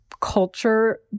culture